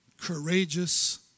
courageous